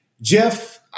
Jeff